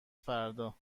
فردا